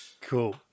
Cool